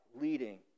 leading